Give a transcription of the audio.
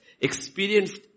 Experienced